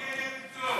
אינה נוכחת.